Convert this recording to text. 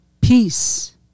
peace